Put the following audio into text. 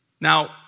Now